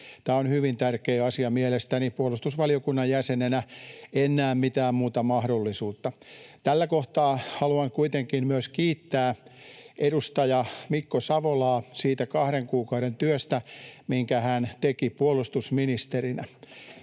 Tämä on hyvin tärkeä asia mielestäni. Puolustusvaliokunnan jäsenenä en näe mitään muuta mahdollisuutta. Tässä kohtaa haluan kuitenkin myös kiittää edustaja Mikko Savolaa siitä kahden kuukauden työstä, minkä hän teki puolustusministerinä.